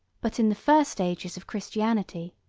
but, in the first ages of christianity,